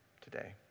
today